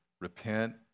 repent